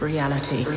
Reality